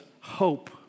hope